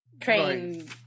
Train